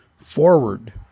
forward